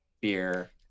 beer